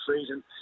season